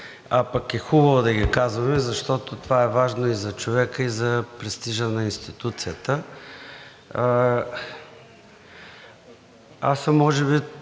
А пък е хубаво да ги казваме, защото това е важно и за човека, и за престижа на институцията. Може би